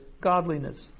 godliness